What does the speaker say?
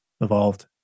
evolved